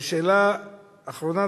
ושאלה אחרונה,